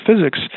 physics